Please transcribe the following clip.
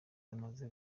amaze